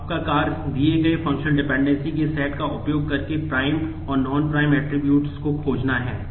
आप functional dependency को खोजना है